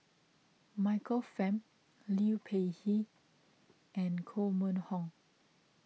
Michael Fam Liu Peihe and Koh Mun Hong